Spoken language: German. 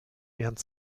während